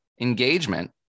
engagement